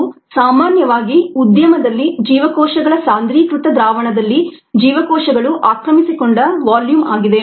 ಇದು ಸಾಮಾನ್ಯವಾಗಿ ಉದ್ಯಮದಲ್ಲಿ ಜೀವಕೋಶಗಳ ಸಾಂದ್ರೀಕೃತ ದ್ರಾವಣದಲ್ಲಿ ಜೀವಕೋಶಗಳು ಆಕ್ರಮಿಸಿಕೊಂಡ ವಾಲ್ಯೂಮ್ ಆಗಿದೆ